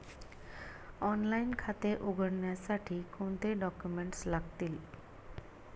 Online खाते उघडण्यासाठी कोणते डॉक्युमेंट्स लागतील?